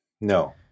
No